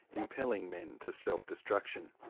impelling men to self-destruction.